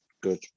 good